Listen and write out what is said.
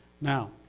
Now